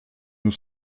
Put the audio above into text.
nous